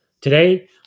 Today